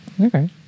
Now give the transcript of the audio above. Okay